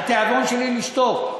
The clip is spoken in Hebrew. התיאבון שלי הוא לשתוק,